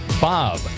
bob